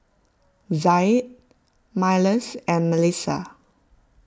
Zaid Myles and Melisa